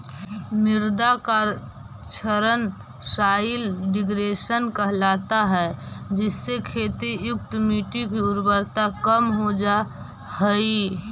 मृदा का क्षरण सॉइल डिग्रेडेशन कहलाता है जिससे खेती युक्त मिट्टी की उर्वरता कम हो जा हई